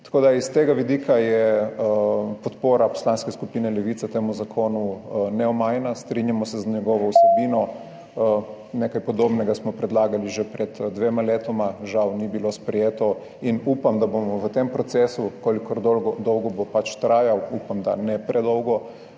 smrti. S tega vidika je podpora Poslanske skupine Levica temu zakonu neomajna. Strinjamo se z njegovo vsebino, nekaj podobnega smo predlagali že pred dvema letoma, žal ni bilo sprejeto in upam, da bomo v tem procesu, kako dolgo bo pač trajal, upam, da ne predolgo,